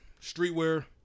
Streetwear